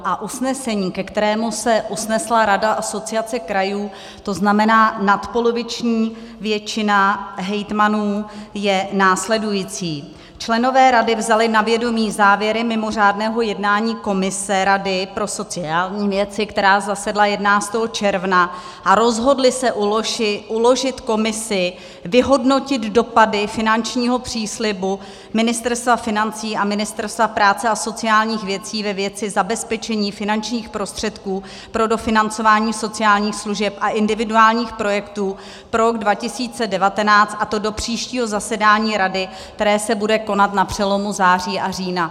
A usnesení, ke kterému se usnesla rada Asociace krajů, to znamená nadpoloviční většina hejtmanů, je následující: členové rady vzali na vědomí závěry mimořádného jednání komise rady pro sociální věci, která zasedla 11. června, a rozhodli se uložit komisi vyhodnotit dopady finančního příslibu Ministerstva financí a Ministerstva práce a sociálních věcí ve věci zabezpečení finančních prostředků pro dofinancování sociálních služeb a individuálních projektů pro rok 2019, a to do příštího zasedání rady, které se bude konat na přelomu září a října.